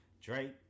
Drake